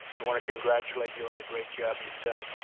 i want to congratulate you on the great job you've done.